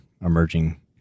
emerging